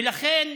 ולכן,